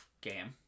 game